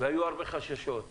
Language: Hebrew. והיו הרבה חששות ,